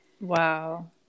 Wow